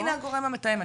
הנה הגורם המתאם.